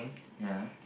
ya